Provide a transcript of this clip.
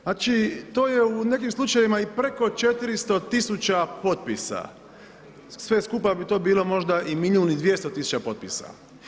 Znači to je u nekim slučajevima i preko 400 000 potpisa, sve skupa bi to bilo možda i milijun i 200 000 potpisa.